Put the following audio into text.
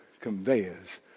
conveyors